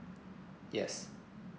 yes